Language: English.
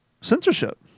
censorship